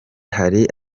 hari